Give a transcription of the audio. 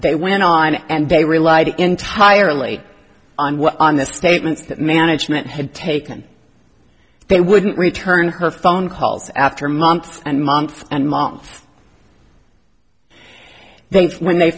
they went on and they relied entirely on what on the statements that management had taken they wouldn't return her phone calls after months and months months and then when they